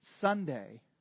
Sunday